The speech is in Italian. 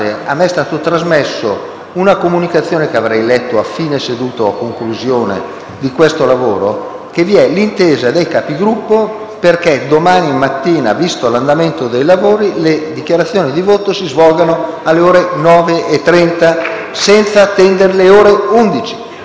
perché domani mattina, visto l'andamento dei lavori, le dichiarazioni di voto si svolgano alle ore 9,30 senza attendere le ore 11. Pertanto, se non comunicate con i vostri Capigruppo, io non sono in grado di mantenere o rispettare i tempi.